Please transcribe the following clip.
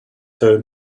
turned